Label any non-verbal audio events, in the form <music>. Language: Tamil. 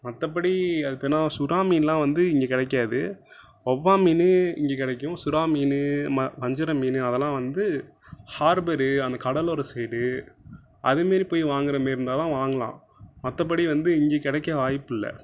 மற்றபடி அது <unintelligible> சுறா மீன்லாம் வந்து இங்கே கிடைக்காது வவ்வா மீன் இங்கே கிடைக்கும் சுறா மீன் வஞ்சரை மீன் அதெல்லாம் வந்து ஹார்பரு அந்த கடலோர சைடு அது மாரி போய் வாங்கிற மாரி இருந்தால் தான் வாங்கலாம் மற்றபடி வந்து இங்கே கிடைக்க வாய்ப்பில்ல